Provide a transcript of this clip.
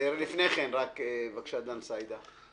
לפני כן, בבקשה, דן סידה.